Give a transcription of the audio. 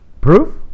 Proof